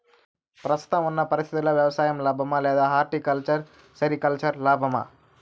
ప్రస్తుతం ఉన్న పరిస్థితుల్లో వ్యవసాయం లాభమా? లేదా హార్టికల్చర్, సెరికల్చర్ లాభమా?